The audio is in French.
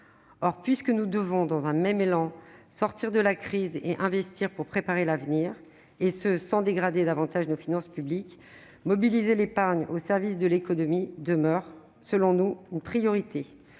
Or, puisque nous devons dans un même élan sortir de la crise et investir pour préparer l'avenir, et ce sans dégrader davantage nos finances publiques, mobiliser l'épargne au service de l'économie demeure selon nous une priorité.